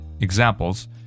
examples